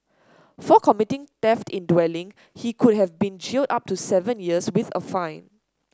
for committing theft in dwelling he could have been jailed up to seven years with a fine